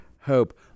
hope